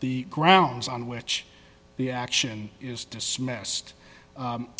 the grounds on which the action is dismissed